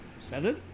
seven